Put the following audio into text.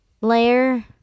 layer